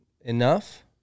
enough